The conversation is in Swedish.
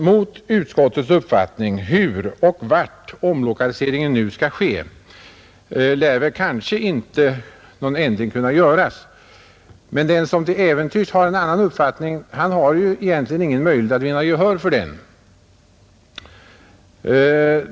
Mot utskottets uppfattning om hur och vart omlokaliseringen nu skall ske lär inte någon ändring kunna göras, Den som till äventyrs hyser annan uppfattning har ju egentligen ingen möjlighet att vinna gehör för den.